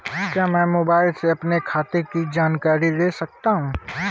क्या मैं मोबाइल से अपने खाते की जानकारी ले सकता हूँ?